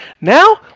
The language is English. Now